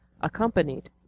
accompanied